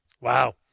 Wow